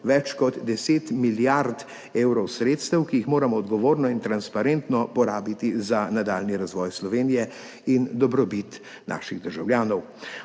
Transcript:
več kot deset milijard evrov sredstev, ki jih moramo odgovorno in transparentno porabiti za nadaljnji razvoj Slovenije in dobrobit naših državljanov.